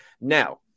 Now